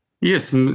Yes